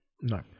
No